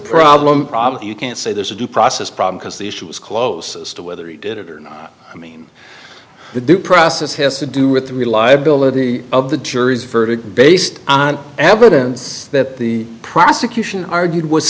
problem you can't say there's a due process problem because the issues closest to whether he did it or not i mean the due process has to do with the reliability of the jury's verdict based on evidence that the prosecution argued was